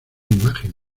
imagen